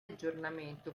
aggiornamento